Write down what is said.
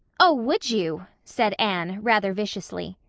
oh, would you? said anne, rather viciously.